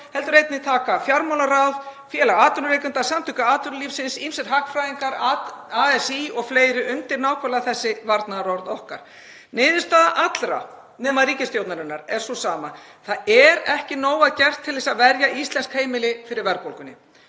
heldur taka fjármálaráð, Félag atvinnurekenda, Samtök atvinnulífsins, ýmsir hagfræðingar, ASÍ o.fl. undir nákvæmlega þessi varnaðarorð okkar. Niðurstaða allra nema ríkisstjórnarinnar er sú sama: Það er ekki nóg að gert til að verja íslensk heimili fyrir verðbólgunni.